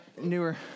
newer